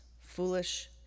foolish